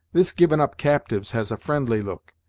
this givin' up captives has a friendly look,